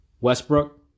Westbrook